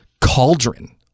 cauldron